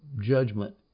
judgment